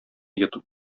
йотып